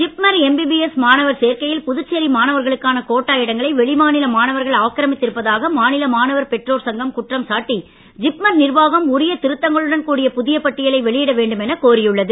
JIPMER MBBS மாணவர் சேர்க்கையில் புதுச்சேரி மாணவர்களுக்கான கோட்டா இடங்களை வெளி மாநில மாணவர்கள் ஆக்கிரமித்து இருப்பதாக மாநில மாணவர் பெற்றோர் சங்கம் குற்றம் சாட்டி ஜிப்மர் நிர்வாகம் உரிய திருத்தங்களுடன் கூடிய புதிய பட்டியலை வெளியிட வேண்டும் எனக் கோரியுள்ளது